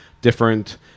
different